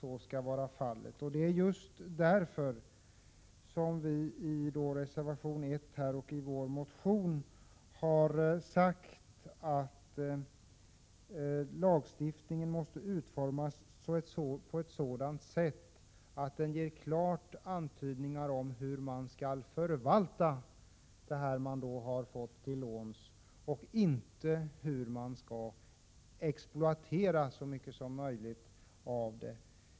Det är just därför som vi i reservation 1, och i vår motion Bo503, har sagt att lagstiftningen måste utformas på ett sådant sätt att den ger klara antydningar om hur man skall förvalta det som man har fått till låns — och inte hur man skall exploatera så mycket som möjligt därav.